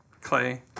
Clay